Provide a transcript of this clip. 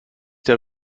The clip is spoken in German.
der